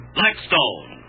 Blackstone